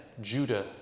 Judah